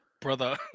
Brother